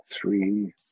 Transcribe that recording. three